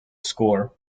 score